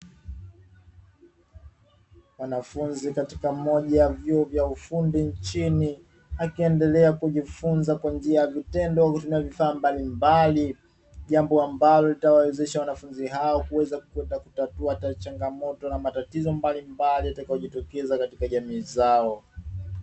Wanafunzi katika moja ya vyuo vya ufundi nchini, wakiendelea na kujifunza kwa njia ya vitendo na vifaa mbalimbali, jambo ambalo litawasaidia kuweza kutatua changomoto mbalimbali zitakazojitokeza katika jamii zao.